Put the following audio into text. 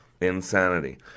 Insanity